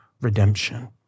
redemption